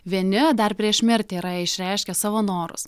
vieni dar prieš mirtį yra išreiškę savo norus